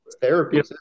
therapy